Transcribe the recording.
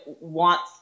wants